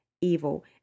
evil